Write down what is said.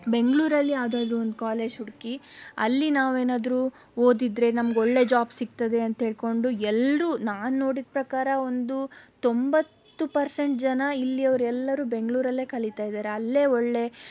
ಬೆಂಗಳೂರಲ್ಲಿ ಯಾವುದಾದರೂ ಒಂದು ಕಾಲೇಜ್ ಹುಡುಕಿ ಅಲ್ಲಿ ನಾವೇನಾದರೂ ಓದಿದರೆ ನಮಗೆ ಒಳ್ಳೆಯ ಜಾಬ್ ಸಿಗ್ತದೆ ಅಂತ ಹೇಳಿಕೊಂಡು ಎಲ್ಲರೂ ನಾನು ನೋಡಿದ ಪ್ರಕಾರ ಒಂದು ತೊಂಬತ್ತು ಪರ್ಸೆಂಟ್ ಜನ ಇಲ್ಲಿಯವರು ಎಲ್ಲರೂ ಬೆಂಗಳೂರಲ್ಲೇ ಕಲೀತಾ ಇದ್ದಾರೆ ಅಲ್ಲೇ ಒಳ್ಳೆಯ